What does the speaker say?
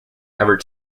ever